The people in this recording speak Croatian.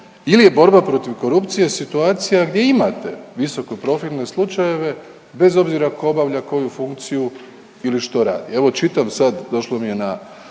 ili je borba protiv korupcije situacija gdje imate visoko profilne slučajeve bez obzira tko obavlja koju funkciju ili što radi? Evo čitam sad, došlo mi je na,